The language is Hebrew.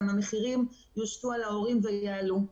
כך גם המחירים יושתו על ההורים ויעלו.